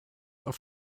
auf